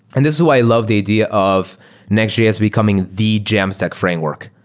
and this is why i love the idea of nextjs becoming the jamstack framework,